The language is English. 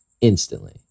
instantly